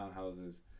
townhouses